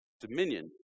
Dominion